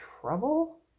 trouble